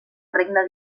regne